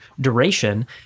duration